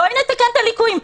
בואי נתקן את הליקויים.